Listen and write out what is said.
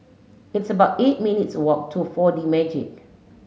it's about eight minutes walk to four D Magix